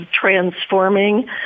transforming